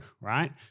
Right